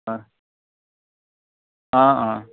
অঁ অঁ অঁ